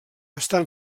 estan